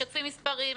משתפים מספרים,